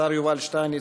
השר יובל שטייניץ,